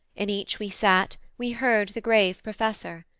in each we sat, we heard the grave professor.